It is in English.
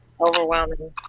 Overwhelming